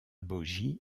bogies